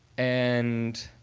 and.